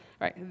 Right